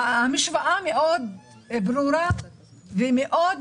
המשוואה מאוד ברורה ומאוד